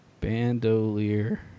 Bandolier